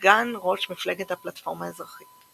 סגן ראש מפלגת "הפלטפורמה האזרחית".